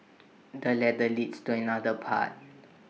the ladder leads to another path